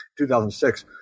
2006